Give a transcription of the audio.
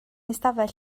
ystafell